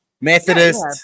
Methodist